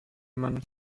mann